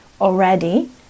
already